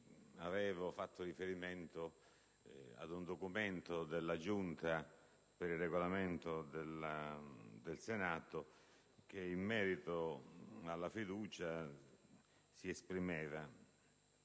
avevo fatto riferimento ad un parere della Giunta per il Regolamento del Senato che, in merito alla fiducia, si esprimeva